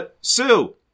Sue